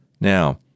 Now